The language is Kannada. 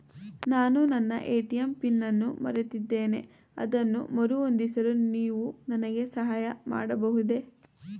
ನಾನು ನನ್ನ ಎ.ಟಿ.ಎಂ ಪಿನ್ ಅನ್ನು ಮರೆತಿದ್ದೇನೆ ಅದನ್ನು ಮರುಹೊಂದಿಸಲು ನೀವು ನನಗೆ ಸಹಾಯ ಮಾಡಬಹುದೇ?